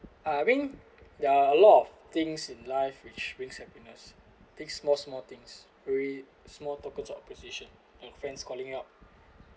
I mean there are a lot of things in life which brings happiness think small small things really small tokens of appreciation and friends calling out